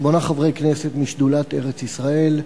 שמונה חברי כנסת משדולת ארץ-ישראל,